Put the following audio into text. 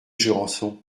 jurançon